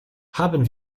haben